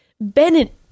Bennett